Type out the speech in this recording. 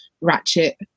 ratchet